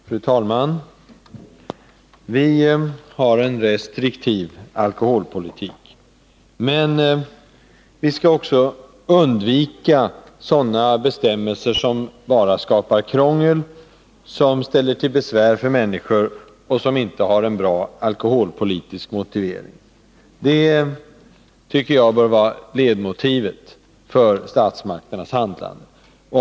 Fru talman! Vi har en restriktiv alkoholpolitik, men vi skall också undvika sådana bestämmelser som bara skapar krångel, som ställer till besvär för människor och som inte har en bra alkoholpolitisk motivering. Det tycker jag bör vara ledmotivet för statsmakternas handlande.